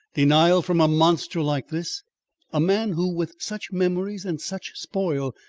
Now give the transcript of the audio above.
denial from a monster like this a man who with such memories and such spoil,